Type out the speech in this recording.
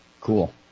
Cool